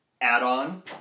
add-on